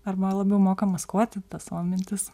arba labiau moka maskuoti tas savo mintis